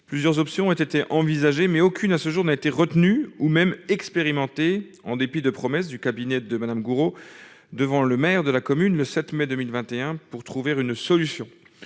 plusieurs options ont été envisagées, mais aucune à ce jour n'a été retenue ou même expérimenté en dépit de promesses du cabinet de Madame Gourault devant le maire de la commune, le 7 mai 2021 pour trouver une solution,